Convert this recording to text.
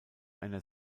einer